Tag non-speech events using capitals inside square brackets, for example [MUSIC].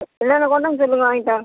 என்னன்ன கொண்டு வரணுன்னு சொல்லுங்கள் [UNINTELLIGIBLE]